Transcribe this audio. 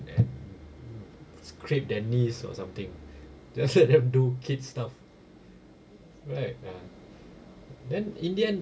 and scrape their knees or something just let them do kid stuff right ah then in the end